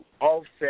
offset